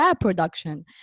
production